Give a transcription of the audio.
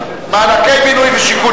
מענקי בינוי ושיכון,